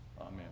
Amen